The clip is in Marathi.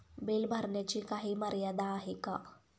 बिल भरण्याची काही मर्यादा आहे का?